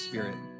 Spirit